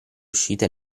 uscite